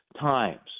times